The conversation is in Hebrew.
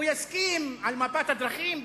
הוא יסכים על מפת הדרכים,